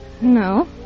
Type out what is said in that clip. No